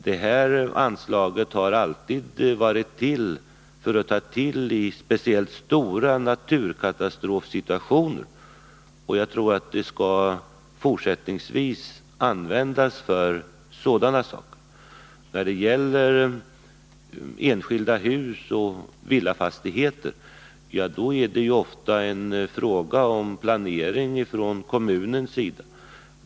Det här anslaget har alltid varit avsett att ta till i speciellt stora naturkatastrofsituationer, och jag tror att det även fortsättningsvis skall användas för sådana saker. När det gäller enskilda hus och villafastigheter är det ofta en fråga om planering från kommunens sida.